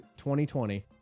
2020